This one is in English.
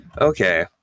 Okay